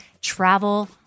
travel